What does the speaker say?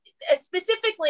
specifically